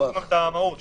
שיניתם גם את המהות.